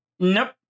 nope